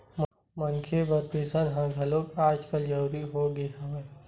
मनखे बर पेंसन ह घलो आजकल जरुरी होगे हवय